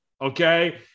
Okay